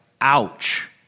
ouch